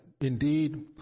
indeed